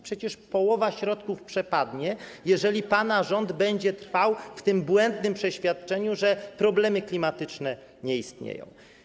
Przecież połowa środków przepadnie, jeżeli pana rząd będzie trwał w błędnym przeświadczeniu, że problemy klimatyczne nie istnieją.